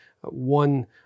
one